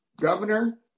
governor